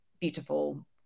beautiful